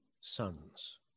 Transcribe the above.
sons